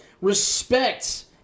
respect